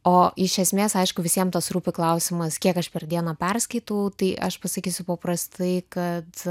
o iš esmės aišku visiem tas rūpi klausimas kiek aš per dieną perskaitau tai aš pasakysiu paprastai kad